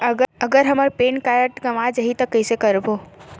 अगर हमर pan card गवां जाही कइसे करबो?